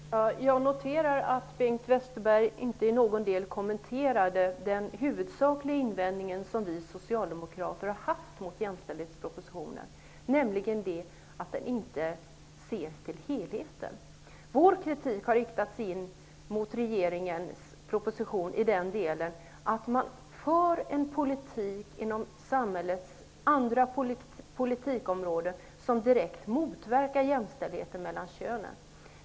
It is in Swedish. Herr talman! Jag noterade att Bengt Westerberg inte kommenterade den huvudsakliga invändningen som vi socialdemokrater har haft mot jämställdhetspropositionen, nämligen att den inte ser till helheten. Vår kritik har riktats mot regeringens proposition så till vida att man för en politik inom samhällets andra politikområden som direkt motverkar jämställdheten mellan könen.